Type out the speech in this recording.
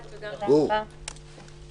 הישיבה ננעלה בשעה 22:29.